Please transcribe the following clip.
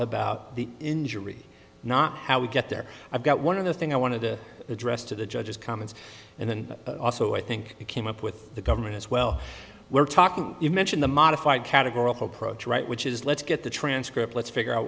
about the injury not how we get there i've got one of the thing i want to address to the judge's comments and then also i think you came up with the government as well we're talking you mentioned the modified category of approach right which is let's get the transcript let's figure out